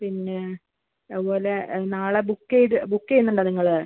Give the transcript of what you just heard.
പിന്നെ അതുപോലെ നാളെ ബുക്ക് ചെയ്ത് ബുക്ക് ചെയ്യുന്നുണ്ടോ നിങ്ങൾ